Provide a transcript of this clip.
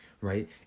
right